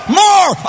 more